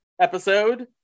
episode